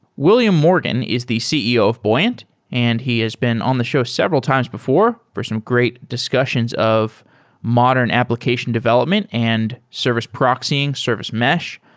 william morgan is the ceo of buoyant and he has been on the show several times before for some great discussions of modern application development and service proxying, service mesh.